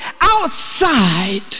outside